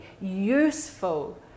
useful